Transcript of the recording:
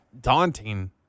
daunting